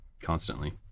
constantly